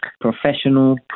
professional